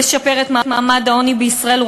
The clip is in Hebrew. לשפר את מעמד העוני בישראל.